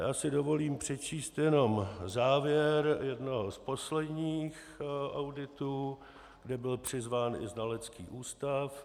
Já si dovolím přečíst jenom závěr jednoho z posledních auditů, kde byl přizván i znalecký ústav.